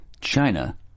China